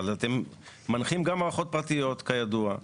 אבל אתם מנחים גם מערכות פרטיות כידוע,